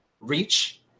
reach